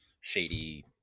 shady